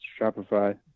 Shopify